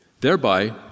thereby